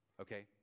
Okay